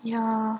ya